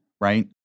right